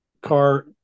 car